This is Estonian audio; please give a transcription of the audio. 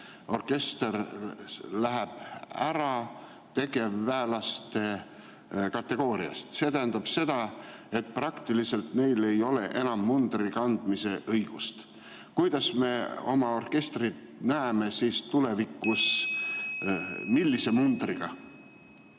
orkester läheb tegevväelaste kategooria alt välja. See tähendab seda, et praktiliselt neil ei ole enam mundri kandmise õigust. Kuidas me oma orkestrit siis tulevikus näeme, millise mundriga?